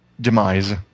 demise